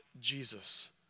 Jesus